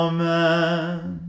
Amen